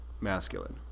masculine